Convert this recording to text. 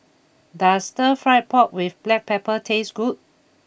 does Stir Fried Pork with Black Pepper taste good